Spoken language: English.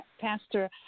Pastor